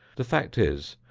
the fact is,